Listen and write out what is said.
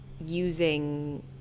using